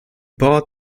bought